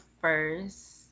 first